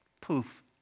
poof